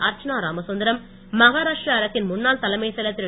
அர்ச்சனா ராமசுந்தரம் மகாராஷ்ட அரசின் முன்னாள் தலைமைச் செயலர் திரு